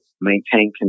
maintain